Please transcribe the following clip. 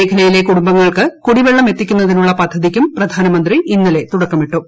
മേഖലയിലെ കുടുംബങ്ങൾക്ക് കുടിവെളളം എത്തിക്കുന്നതിനുളള പദ്ധതിയ്ക്കും പ്രധാനമന്ത്രി ഇന്നലെ തുടക്കമിട്ടു